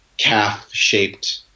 calf-shaped